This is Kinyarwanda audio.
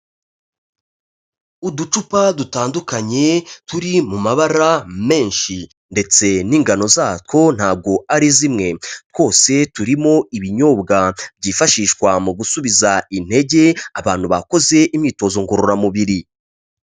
Uducupa dutandukanye turi mu mabara menshi ndetse n'ingano zatwo ntabwo ari zimwe, twose turimo ibinyobwa byifashishwa mu gusubiza intege, abantu bakoze imyitozo ngororamubiri.